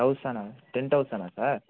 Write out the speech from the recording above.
தௌசணா ten தௌசணா sir